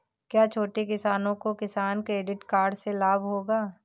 क्या छोटे किसानों को किसान क्रेडिट कार्ड से लाभ होगा?